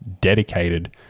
dedicated